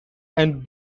and